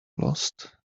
lost